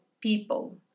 people